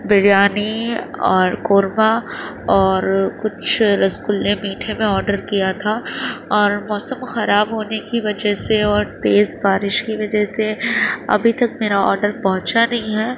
بریانی اور قورمہ اور کچھ رسگلے میٹھے میں آڈر کیا تھا اور موسم خراب ہونے کی وجہ سے اور تیز بارش کی وجہ سے ابھی تک میرا آڈر پہنچا نہیں ہے